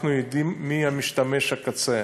אנחנו יודעים מי משתמש הקצה.